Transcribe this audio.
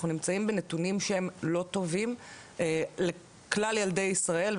אנחנו נמצאים בנתונים שהם לא טובים לכלל ילדי ישראל,